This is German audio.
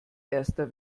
erster